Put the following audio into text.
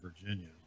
Virginia